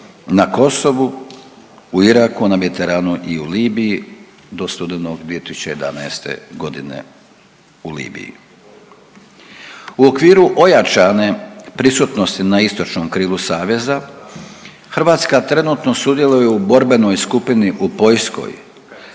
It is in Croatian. na Kosovu, u Iraku, na Mediteranu i u Libiji do studenog 2011. godine u Libiji. U okviru prisutnosti na istočnom krilu saveza Hrvatska trenutno sudjeluje u borbenoj skupini u Poljskoj